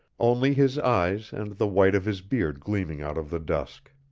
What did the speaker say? only his eyes and the white of his beard gleaming out of the dusk.